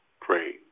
praying